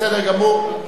בסדר גמור.